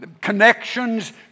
connections